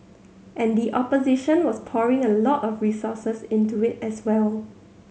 and the opposition was pouring a lot of resources into it as well